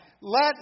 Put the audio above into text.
Let